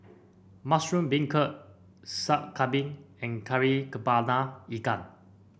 Mushroom Beancurd Sup Kambing and Kari kepala Ikan